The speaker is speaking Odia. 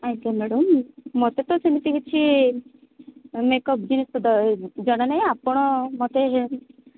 ଆଜ୍ଞା ମାଡାମ୍ ମୋତେ ତ ସେମିତି କିଛି ମେକ୍ଅପ୍ ଜିନିଷ ଜଣା ନାହିଁ ଆପଣ ମୋତେ